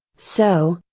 so,